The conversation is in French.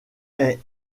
est